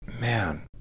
Man